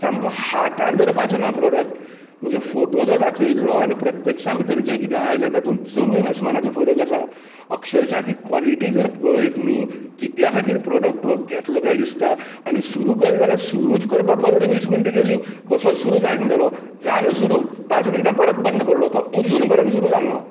सामको हातांत धरपाचो ना प्रोडक्ट म्हणजे फोटो जो दाखयल्लो आनी प्रत्यक्षा भितर जे कितें आयलें तातूंत जमीन आसमानाचो फरक आसा अक्षरशा ती क्वॉलिटी जर पळयत न्ही कित्या खातीर हो प्रोडक्ट घेतलो कांय दिसता आनी सुरू केलो जाल्यार सुरूच करपाक पंदरा वीस मिनटां गेली कसोच सुरू जायना जालो जालो सुरू पांच मिनटान परत बंद पडलो तो अजून पर्यंत सुरू जालो ना